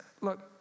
look